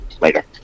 later